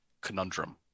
conundrum